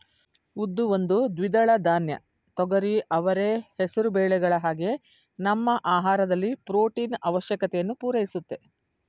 ಉದ್ದು ಒಂದು ದ್ವಿದಳ ಧಾನ್ಯ ತೊಗರಿ ಅವರೆ ಹೆಸರು ಬೇಳೆಗಳ ಹಾಗೆ ನಮ್ಮ ಆಹಾರದಲ್ಲಿ ಪ್ರೊಟೀನು ಆವಶ್ಯಕತೆಯನ್ನು ಪೂರೈಸುತ್ತೆ